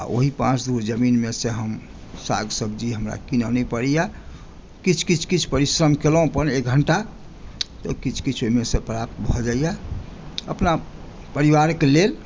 आ ओहि पाँच धूर जमीनमेसँ हम साग सब्जी हमरा किनय नहि पड़ैए किछु किछु किछु परिश्रम केलहुँ अपन एक घण्टा तऽ किछु किछु ओहिमेसँ प्राप्त भऽ जाइए अपना परिवारके लेल